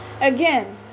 again